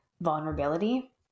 vulnerability